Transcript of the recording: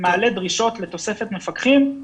מעלה דרישות לתוספת מפקחים.